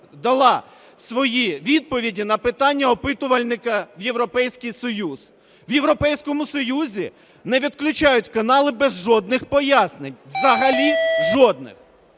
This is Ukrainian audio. дала свої відповіді на питання опитувальника в Європейський Союз. В Європейському Союзі не відключають канали без жодних пояснень, взагалі жодних.